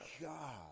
God